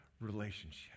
relationship